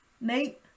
mate